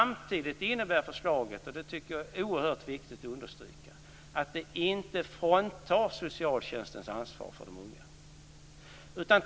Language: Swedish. Men det innebär samtidigt, och det tycker jag är oerhört viktigt att understryka, att socialtjänsten inte fråntas ansvaret för de unga.